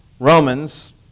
Romans